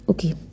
Okay